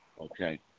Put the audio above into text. Okay